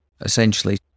essentially